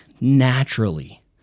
naturally